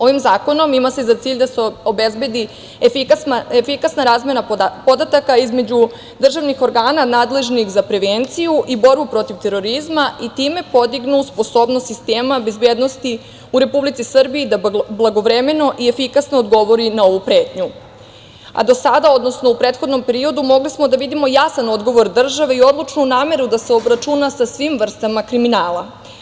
Ovim zakonom ima se za cilj da se obezbedi efikasna razmena podataka između državnih organa nadležnih za prevenciju i borbu protiv terorizma i time podigne sposobnost sistema bezbednosti u Republici Srbiji da blagovremeno i efikasno odgovori na ovu pretnju, a do sada, odnosno u prethodnom periodu mogli smo da vidimo jasan odgovor države i odlučnu nameru da se obračuna sa svim vrstama kriminala.